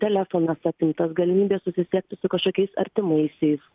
telefonas atjungtas galimybė susisiekti su kažkokiais artimaisiais